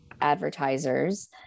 advertisers